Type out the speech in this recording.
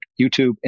YouTube